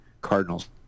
cardinals